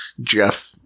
Jeff